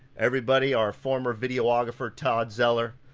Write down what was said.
everybody. our former videographer, todd zeller.